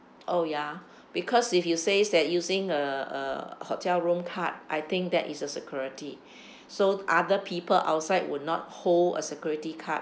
oh ya because if you says that using a a hotel room card I think that is a security so other people outside will not hold a security card